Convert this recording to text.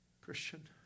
Christian